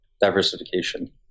diversification